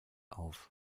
auf